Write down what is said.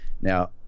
now